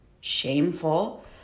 shameful